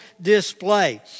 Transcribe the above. display